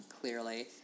clearly